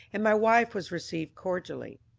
and my wife was received cordially.